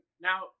now